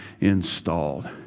installed